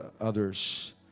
others